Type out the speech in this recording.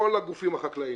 כל הגופים החקלאים,